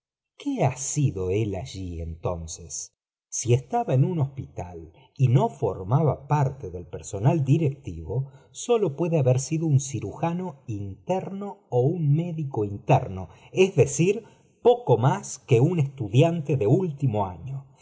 qué ha sido él allí entonces si estaba en u hospital y no formaba parte del personal directivo sólo puede haber sido un cirujat po interno ó un médico interno es decir poco jjnás que un estudiante de último año